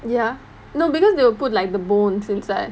ya no because they will put like the bones inside